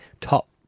top